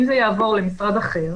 אם זה יעבור למשרד אחר,